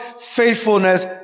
faithfulness